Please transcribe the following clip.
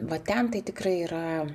va ten tai tikrai yra